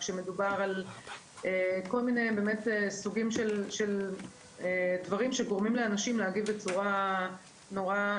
כשמדובר על כל מיני סוגים של דברים שגורמים לאנשים להגיב בצורה תקיפה.